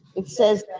it says